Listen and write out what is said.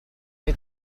che